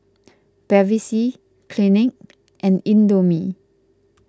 Bevy C Clinique and Indomie